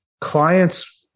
clients